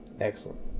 Excellent